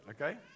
Okay